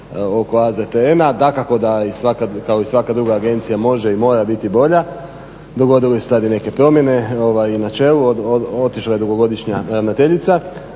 oko AZTN-a. Dakako da kao i svaka druga agencija može i mora biti bolja. Dogodile su se sad i neke promjene i na čelu, otišla je dugogodišnja ravnateljica